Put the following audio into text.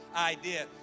idea